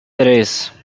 tres